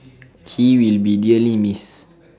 he will be dearly missed